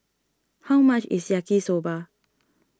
how much is Yaki Soba